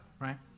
Right